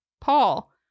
Paul